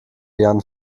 jan